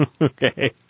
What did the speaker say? Okay